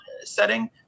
setting